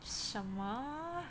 什么